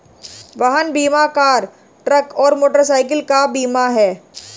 वाहन बीमा car, truck और मोटरसाइकिल का बीमा है